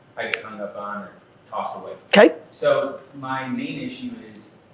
kind of um tossed away. so, my main issue is,